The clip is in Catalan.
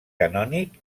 canònic